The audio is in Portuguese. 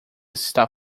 está